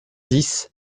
dix